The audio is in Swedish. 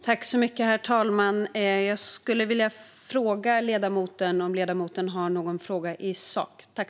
Herr talman! Jag skulle vilja fråga ledamoten om ledamoten har någon fråga i sak.